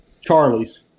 Charlie's